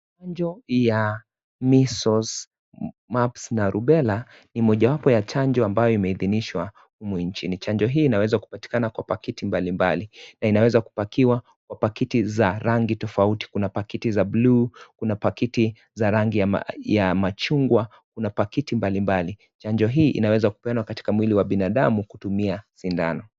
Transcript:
Chanjo ya measles, mumps na rubella ni mojawapo ya chanjo ambayo imeidhinishwa humu nchini. Chanjo hii inaweza kupatikana kwa pakiti mbali mbali na inaweza kupakiwa kwa pakiti za rangi tufauti. Kuna pakiti za bluu, kuna pakiti za rangi ya machungwa, kuna pakiti mbali mbali. Chanjo hii inaweza kupeanwa katika mwili wa binadamu kutumia sindano.